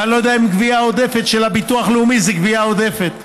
ואני לא יודע אם גבייה עודפת של הביטוח הלאומי זה גבייה עודפת,